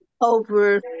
over